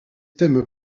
thèmes